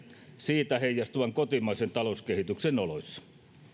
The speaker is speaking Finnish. siitä heijastuvan kotimaisen talouskehityksen oloissa